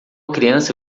criança